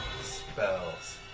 spells